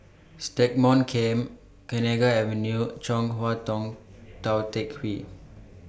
Stagmont Camp Kenanga Avenue Chong Hua Tong Tou Teck Hwee